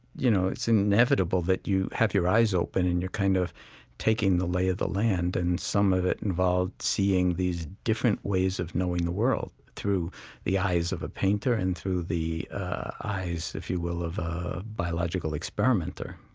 you know, it's inevitable that you have your eyes open and are kind of taking the lay of the land. and some of it involved seeing these different ways of knowing the world, through the eyes of a painter and through the eyes, if you will, of a biological experimenter.